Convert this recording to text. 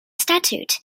statute